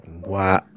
Wow